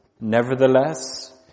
Nevertheless